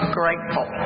grateful